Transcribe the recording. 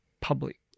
public